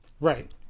right